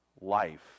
life